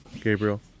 Gabriel